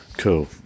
Cool